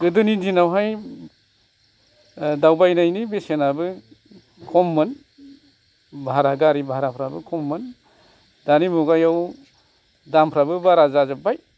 गोदोनि दिनावहाय ओ दावबायनायनि बेसेनाबो खममोन भारा गारि भाराफ्राबो खममोन दानि मुगायाव दामफ्राबो बारा जाजोबबाय